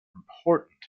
important